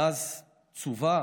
מאז צוּוה